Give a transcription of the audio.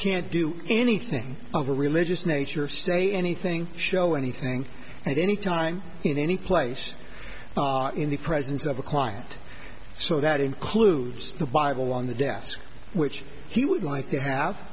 can't do anything over a religious nature of say anything show anything at any time in any place in the presence of a client so that includes the bible on the desk which he would like to have